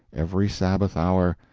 every sabbath hour,